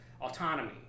autonomy